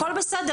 הכל בסדר,